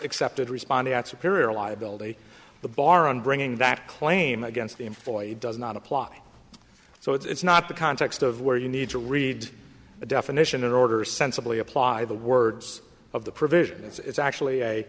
excepted responding at superior liability the bar on bringing that claim against the employee does not apply so it's not the context of where you need to read the definition in order sensibly apply the words of the provision it's actually a